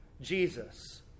Jesus